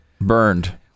burned